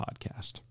podcast